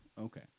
Okay